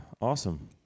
awesome